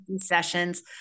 sessions